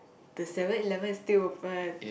the seven-eleven is still open